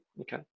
Okay